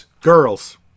Girls